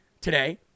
today